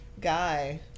guy